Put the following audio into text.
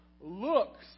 looks